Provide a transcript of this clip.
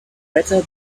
better